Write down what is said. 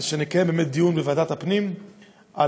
אבל נקיים באמת דיון בוועדת הפנים על